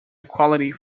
equality